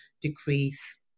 decrease